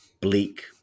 bleak